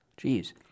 Jeez